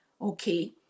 okay